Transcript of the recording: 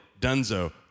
dunzo